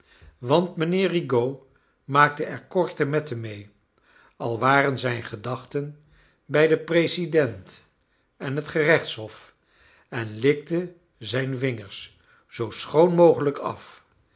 want mijnheer rigaud maakte er korte metten rnee al waren zijn gedachten bij den president en het gerechtshof en likte zijn vingers zoo schoon mogelijk af